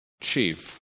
chief